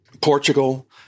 Portugal